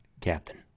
Captain